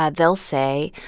ah they'll say,